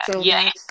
Yes